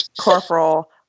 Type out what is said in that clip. Corporal